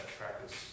practice